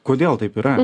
kodėl taip yra